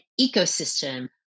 ecosystem